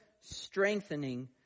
strengthening